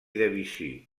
debussy